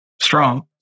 Strong